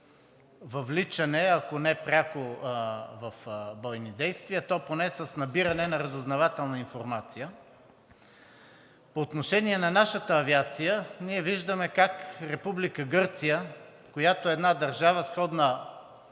въвличане, ако не пряко в бойни действия, то поне с набиране на разузнавателна информация. По отношение на нашата авиация ние виждаме как Република Гърция, която е една държава, сходна